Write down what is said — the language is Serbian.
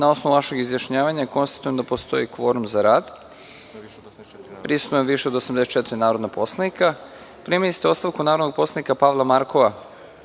osnovu vašeg izjašnjavanja konstatujem da postoji kvorum za rad, prisutno je više od 84 narodna poslanika. Primili ste ostavku narodnog poslanika Pavla Markova